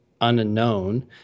unknown